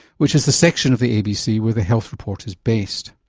which is the section of the abc where the health report is based.